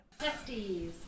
Testies